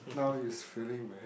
now is felling very